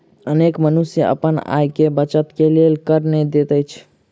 अनेक मनुष्य अपन आय के बचत के लेल कर नै दैत अछि